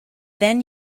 then